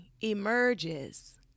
emerges